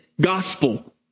gospel